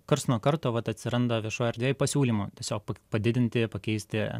karts nuo karto vat atsiranda viešoj erdvėj pasiūlymų tiesiog padidinti pakeisti